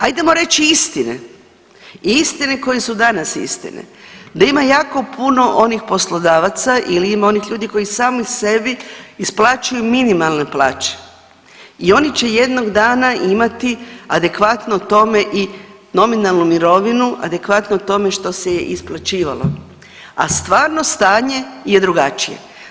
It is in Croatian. Ajdemo reći istine i istine koje su danas istine da ima jako puno onih poslodavaca ili ima onih ljudi koji sami sebi isplaćuju minimalne plaće i oni će jednog dana imati adekvatno tome i nominalnu mirovinu, adekvatno tome što se je isplaćivalo, a stvarno stanje je drugačije.